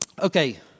Okay